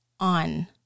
on